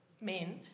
men